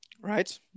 right